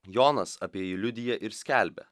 jonas apie jį liudija ir skelbia